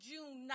June